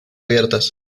abiertas